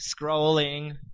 scrolling